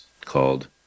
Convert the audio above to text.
called